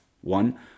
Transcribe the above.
One